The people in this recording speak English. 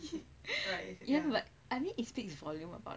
eh but I mean it speaks volume about